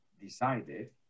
decided